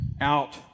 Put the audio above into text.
out